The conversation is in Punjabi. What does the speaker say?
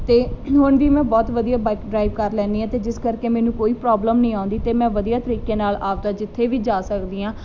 ਤੇ ਹੁਣ ਵੀ ਮੈਂ ਬਹੁਤ ਵਧੀਆ ਬਾਈਕ ਡਰਾਈਵ ਕਰ ਲੈਨੀ ਆ ਤੇ ਜਿਸ ਕਰਕੇ ਮੈਨੂੰ ਕੋਈ ਪ੍ਰੋਬਲਮ ਨਹੀਂ ਆਉਂਦੀ ਤੇ ਮੈਂ ਵਧੀਆ ਤਰੀਕੇ ਨਾਲ ਆਪਦਾ ਜਿੱਥੇ ਵੀ ਜਾ ਸਕਦੀ ਆਂ